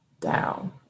down